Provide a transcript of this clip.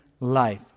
life